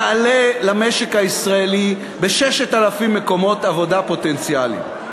יעלה למשק הישראלי ב-6,000 מקומות עבודה פוטנציאליים.